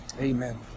Amen